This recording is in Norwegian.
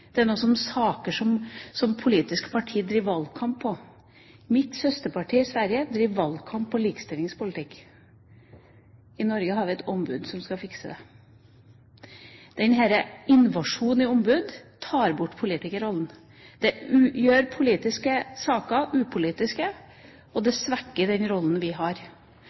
Det er noe som politiske partier driver valgkamp på. Mitt søsterparti i Sverige driver valgkamp på likestillingspolitikk. I Norge har vi et ombud som skal fikse det. Denne invasjonen av ombud tar bort politikerrollen. Det gjør politiske saker upolitiske, og det svekker den rollen vi har.